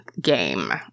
game